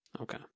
Okay